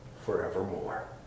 forevermore